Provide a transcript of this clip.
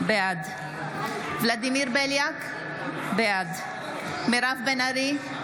בעד ולדימיר בליאק, בעד מירב בן ארי,